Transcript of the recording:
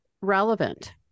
relevant